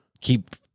keep